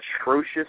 atrocious